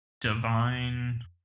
divine